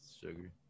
sugar